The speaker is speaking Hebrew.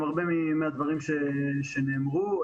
עם הדברים מהדברים שנאמרו,